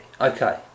Okay